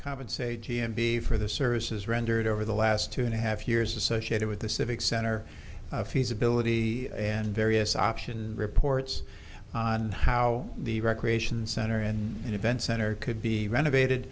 compensate t m b for the services rendered over the last two and a half years associated with the civic center feasibility and various options reports on how the recreation center and event center could be renovated